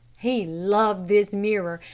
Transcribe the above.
he loved this mirror,